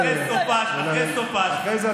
סופ"ש אחרי סופ"ש אחרי סופ"ש,